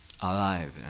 alive